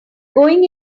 going